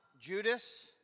Judas